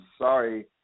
sorry